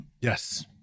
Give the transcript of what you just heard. yes